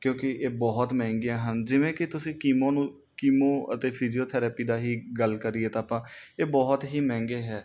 ਕਿਉਂਕਿ ਇਹ ਬਹੁਤ ਮਹਿੰਗੀਆਂ ਹਨ ਜਿਵੇਂ ਕਿ ਤੁਸੀਂ ਕੀਮੋ ਨੂੰ ਕੀਮੋ ਅਤੇ ਫਿਜੀਓਥੈਰਪੀ ਦਾ ਹੀ ਗੱਲ ਕਰੀਏ ਤਾਂ ਆਪਾਂ ਇਹ ਬਹੁਤ ਹੀ ਮਹਿੰਗੇ ਹੈ